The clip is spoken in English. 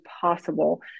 possible